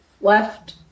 left